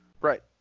right